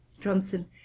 Johnson